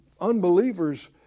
unbelievers